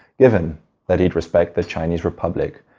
given that he'd respect the chinese republic.